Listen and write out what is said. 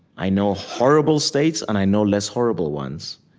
i know horrible states, and i know less horrible ones.